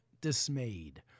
dismayed